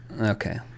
Okay